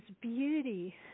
beauty